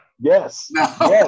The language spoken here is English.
Yes